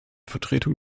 vertretung